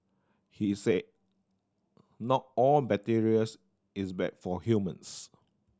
he said not all bacteria's is bad for humans